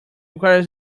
requires